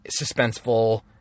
suspenseful